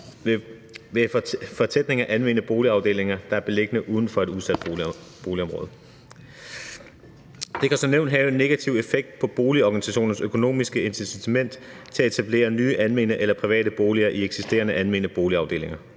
ved fortætning af almene boligafdelinger, der er beliggende uden for et udsat boligområde. Det kan som nævnt have en negativ effekt på boligorganisationernes økonomiske incitament til at etablere nye almene eller private boliger i eksisterende almene boligafdelinger.